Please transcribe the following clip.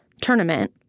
tournament